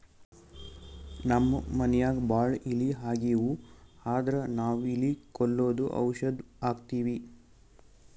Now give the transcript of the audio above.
ನಮ್ಮ್ ಮನ್ಯಾಗ್ ಭಾಳ್ ಇಲಿ ಆಗಿವು ಅಂದ್ರ ನಾವ್ ಇಲಿ ಕೊಲ್ಲದು ಔಷಧ್ ಹಾಕ್ತಿವಿ